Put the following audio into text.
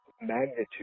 magnitude